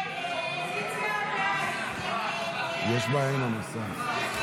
הסתייגות 18 לא נתקבלה.